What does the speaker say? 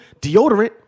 deodorant